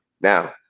Now